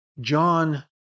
John